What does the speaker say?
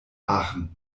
aachen